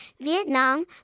Vietnam